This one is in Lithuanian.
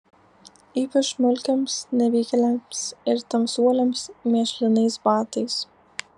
ypač mulkiams nevykėliams ir tamsuoliams mėšlinais batais